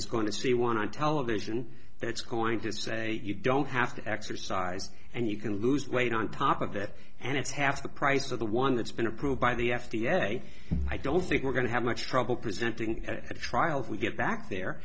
it's going to see one on television it's going to say you don't have to exercise and you can lose weight on top of it and it's half the price of the one that's been approved by the f d a i don't think we're going to have much trouble presenting trials we get back there